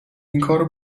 اینکارو